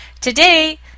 Today